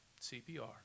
CPR